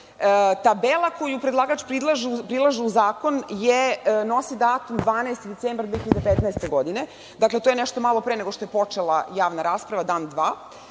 koju predlagač prilaže uz zakon nosi datum 12. decembar 2015. godine. Dakle, to je nešto malo pre nego što je počela javna rasprava, dan,